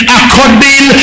according